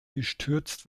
gestürzt